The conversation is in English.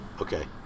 okay